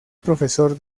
profesor